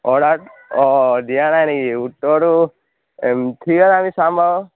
order অঁ দিয়া নাই নেকি উত্তৰটো ঠিক আছে আমি চাম বাৰু